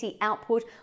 output